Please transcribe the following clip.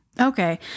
Okay